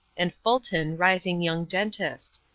and fulton, rising young dentist.